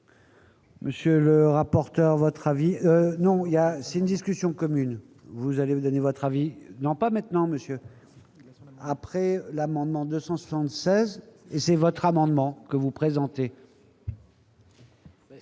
Monsieur le rapporteur, votre avis non il y a aussi une discussion commune, vous allez me donner votre avis non pas maintenant Monsieur après l'amendement 276 c'est votre amendement que vous présentez.